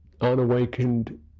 unawakened